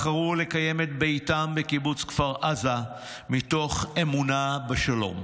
בחרו לקיים את ביתם בקיבוץ כפר עזה מתוך אמונה בשלום.